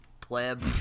pleb